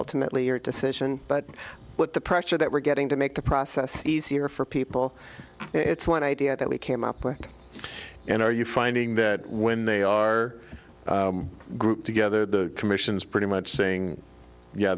ultimately your decision but what the pressure that we're getting to make the process easier for people it's one idea that we came up with and are you finding that when they are grouped together the commission is pretty much saying yeah